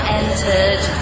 entered